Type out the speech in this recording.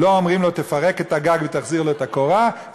לא אומרים לו: תפרק את הגג ותחזיר לו את הקורה,